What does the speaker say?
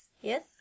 yes